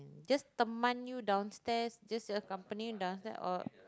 just teman you downstairs just the company downstairs or